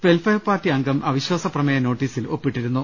well fair party അംഗം അവിശ്വാസപ്രമേയ നോട്ടീസിൽ ഒപ്പിട്ടിരുന്നു